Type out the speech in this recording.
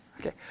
Okay